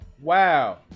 Wow